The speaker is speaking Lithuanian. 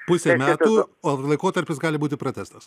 pusę metų o laikotarpis gali būti pratęstas